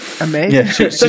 Amazing